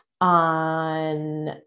on